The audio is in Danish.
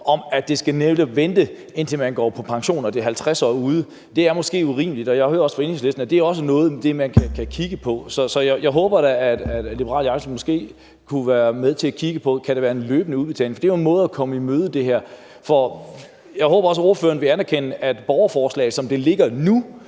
at det skal vente, indtil man går på pension, og det ligger 50 år ud i fremtiden – det er måske urimeligt. Jeg kan også høre på Enhedslisten, at det også er noget, man gerne vil kigge på. Så jeg håber da, at Liberal Alliance måske kunne være med til at kigge på, om der kunne blive tale om en løbende udbetaling, for det er jo en måde at komme det her i møde. Jeg håber også, at ordføreren vil anerkende, at borgerforslaget, som det ligger nu,